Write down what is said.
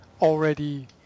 already